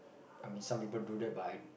I mean some people do that but I